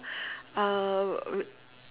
uh